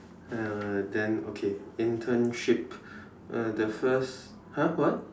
alright then okay internship uh the first !huh! what